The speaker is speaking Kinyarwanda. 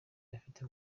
bafite